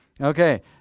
Okay